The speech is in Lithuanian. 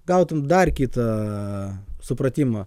gautum dar kitą supratimą